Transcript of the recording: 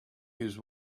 his